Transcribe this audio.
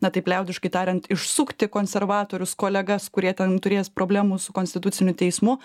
na taip liaudiškai tariant išsukti konservatorius kolegas kurie ten turės problemų su konstituciniu teismu